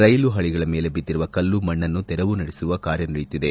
ಕೈಲು ಹಳಗಳ ಮೇಲೆ ಬಿದ್ದಿರುವ ಕಲ್ಲು ಮಣ್ಣನ್ನು ತೆರವು ನಡೆಸುವ ಕಾರ್ಯ ನಡೆಯುತ್ತಿದೆ